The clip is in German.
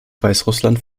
weißrussland